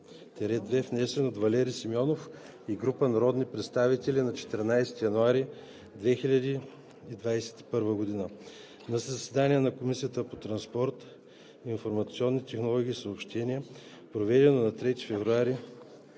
внесен от Валери Симеонов и група народни представители на 14 януари 2021 г. На заседание на Комисията по транспорт, информационни технологии и съобщения, проведено на 3 февруари